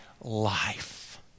life